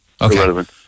Okay